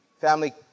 Family